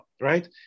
right